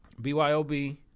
BYOB